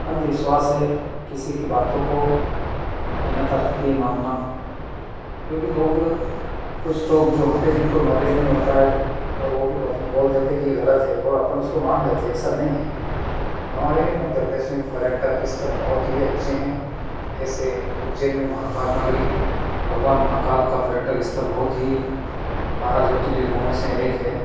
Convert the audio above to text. अंधविश्वास है किसी की बातों को बिना तर्क के मानना क्योंकि लोग कुछ लोग जो होते जिनको नॉलेज नहीं होता है वो वो भी बदल बोल देते कि यह गलत है और अपन उसको मान लेते ऐसा नहीं है हमारे मध्य प्रदेश में भी पर्यटक स्थल बहुत ही अच्छे है जैसे उज्जैन में महाकाल नगरी भगवान महाकाल का पर्यटक स्थल बहुत ही बारह ज्योतिर्लिंगों में से एक है